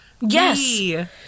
Yes